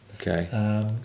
Okay